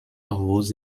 rose